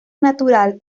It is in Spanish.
natural